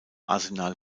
arsenal